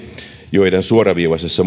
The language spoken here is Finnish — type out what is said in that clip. joiden suoraviivaisessa mutteriarvomaailmassa